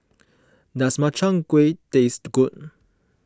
does Makchang Gui taste good